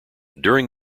during